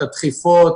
את הדחיפות,